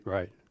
Right